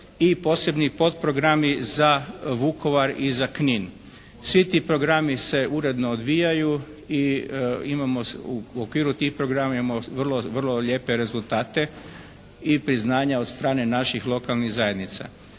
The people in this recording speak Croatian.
i posebni potprogrami za Vukovar i za Knin. Svi ti programi se uredno odvijaju i imamo u okviru tih programa imamo vrlo, vrlo lijepe rezultate i priznanja od strane naših lokalnih zajednica.